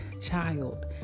child